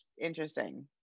interesting